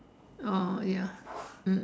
oh ya